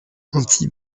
anti